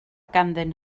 ganddyn